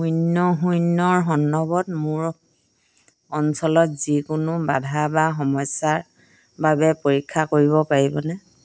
শূন্য শূন্যৰ সন্দৰ্ভত মোৰ অঞ্চলত যিকোনো বাধা বা সমস্যাৰ বাবে পৰীক্ষা কৰিব পাৰিবনে